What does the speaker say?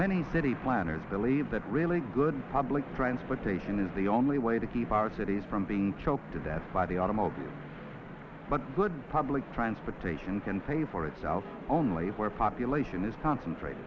many city planners believe that really good public transportation is the only way to keep our cities from being choked to death by the automobile but good public transportation can pay for itself only where population is concentrate